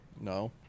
No